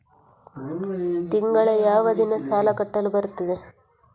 ತಿಂಗಳ ಯಾವ ದಿನ ಸಾಲ ಕಟ್ಟಲು ಬರುತ್ತದೆ?